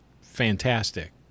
fantastic